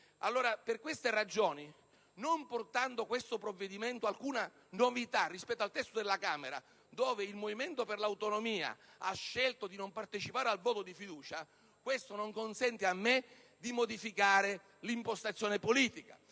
Per tali ragioni, non recando questo provvedimento alcuna novità rispetto al testo della Camera, dove il Movimento per l'Autonomia ha scelto di non partecipare al voto di fiducia, non sono in condizione di modificare l'impostazione politica